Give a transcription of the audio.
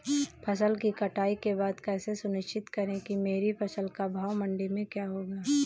फसल की कटाई के बाद कैसे सुनिश्चित करें कि मेरी फसल का भाव मंडी में क्या होगा?